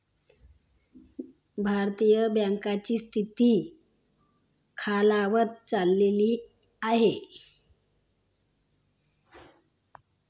भारतीय बँकांची स्थिती सतत खालावत चालली आहे